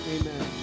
Amen